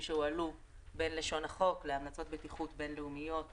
שהועלו בין בלשון החוק ובין בהמלצות הבטיחות בין-לאומיות